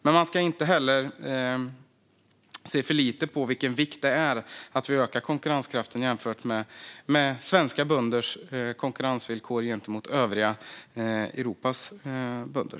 Men man ska inte heller se för lite till vilken vikt det har att vi ökar konkurrenskraften för svenska bönder och deras konkurrensvillkor i förhållande till övriga Europas bönder.